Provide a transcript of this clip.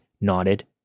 nodded